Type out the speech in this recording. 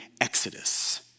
exodus